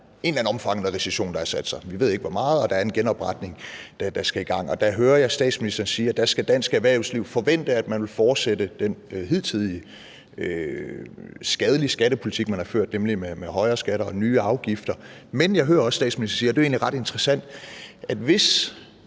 er en recession, der har sat sig. Vi ved ikke, hvor meget det drejer sig om, men der vil være en genopretning, der skal i gang. Og der hører jeg statsministeren sige, at der skal dansk erhvervsliv forvente, at man vil fortsætte den hidtidige skadelige skattepolitik, man har ført, nemlig med højere skatter og nye afgifter, men jeg hører også statsministeren sige – og det er egentlig ret interessant – at hvis